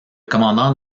commandant